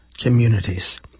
communities